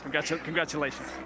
Congratulations